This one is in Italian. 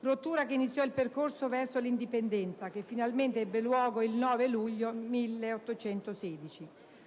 rottura che iniziò il percorso verso l'indipendenza, che finalmente ebbe luogo il 9 luglio 1816.